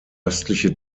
östliche